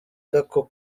gako